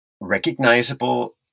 recognizable